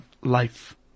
life